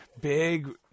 big